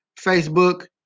Facebook